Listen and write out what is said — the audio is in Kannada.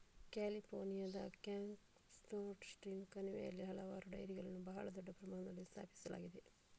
ಕ್ಯಾಲಿಫೋರ್ನಿಯಾದ ಸ್ಯಾನ್ಜೋಕ್ವಿನ್ ಕಣಿವೆಯಲ್ಲಿ ಹಲವಾರು ಡೈರಿಗಳನ್ನು ಬಹಳ ದೊಡ್ಡ ಪ್ರಮಾಣದಲ್ಲಿ ಸ್ಥಾಪಿಸಲಾಗಿದೆ